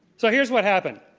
so here's what happened.